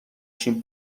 شیم